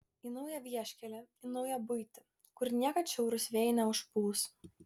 į naują vieškelį į naują buitį kur niekad šiaurūs vėjai neužpūs